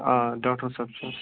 آ ڈاکٹر صٲب چھُس